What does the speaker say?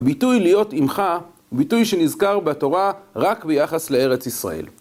ביטוי להיות עמך, ביטוי שנזכר בתורה רק ביחס לארץ ישראל.